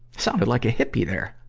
sounded like a hippie there.